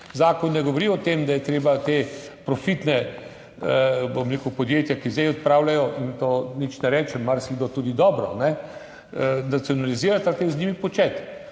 Zakon ne govori o tem, da je treba te profitne, bom rekel, podjetja, ki zdaj odpravljajo, in to nič ne rečem, marsikdo tudi dobro, nacionalizirati ali kaj z njimi početi.